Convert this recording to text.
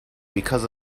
because